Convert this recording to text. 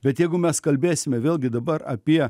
bet jeigu mes kalbėsime vėlgi dabar apie